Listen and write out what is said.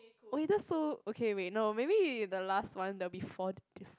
oh wait that's so okay wait no maybe the last one there'll be four di~ different